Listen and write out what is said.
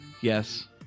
Yes